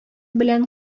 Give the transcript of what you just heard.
белән